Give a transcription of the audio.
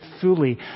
fully